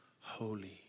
Holy